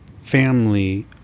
family